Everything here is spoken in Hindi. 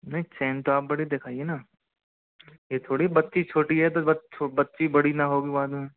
नहीं चेन तो आप बड़ी दिखाइए न ये थोड़ी है बच्ची छोटी है तो बच्ची बड़ी न होगी बाद में